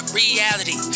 reality